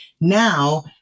Now